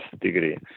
degree